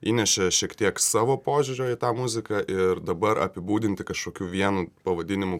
įnešė šiek tiek savo požiūrio į tą muziką ir dabar apibūdinti kažkokiu vienu pavadinimu